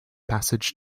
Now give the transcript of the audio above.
passage